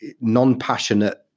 non-passionate